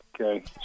Okay